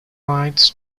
rights